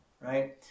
right